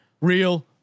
Real